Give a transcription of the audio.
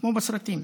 כמו בסרטים.